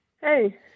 Hey